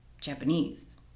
Japanese